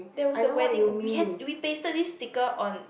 there was a wedding we had we pasted this sticker on